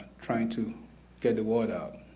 trying to get the word out.